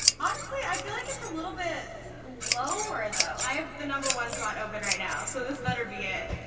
honestly, i feel like it's a little bit lower though. i have the number one spot open right now, so this better be it.